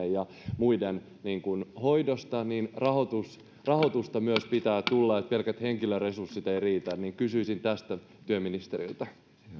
ja muiden hoidosta rahoitusta myös pitää tulla pelkät henkilöresurssit eivät riitä kysyisin tästä työministeriltä